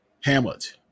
hamlet